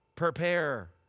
prepare